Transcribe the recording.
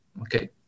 Okay